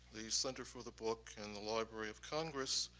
the center for the book, and the library of congress,